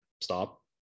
stop